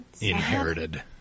inherited